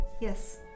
Yes